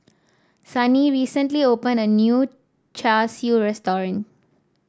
Sunny recently opened a new Char Siu restaurant